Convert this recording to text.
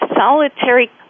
Solitary